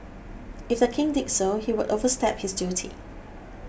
if the King did so he would overstep his duty